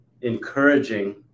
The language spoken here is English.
encouraging